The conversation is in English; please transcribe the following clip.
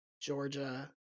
Georgia